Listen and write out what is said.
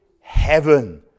heaven